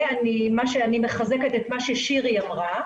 ואני מחזקת את מה ששירי אמרה,